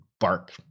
bark